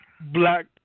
black